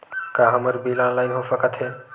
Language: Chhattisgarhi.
का हमर बिल ऑनलाइन हो सकत हे?